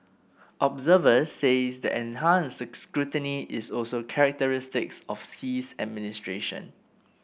observers say the enhanced scrutiny is also characteristic of Xi's administration